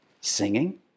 Singing